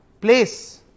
place